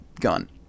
gun